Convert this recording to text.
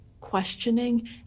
questioning